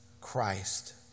Christ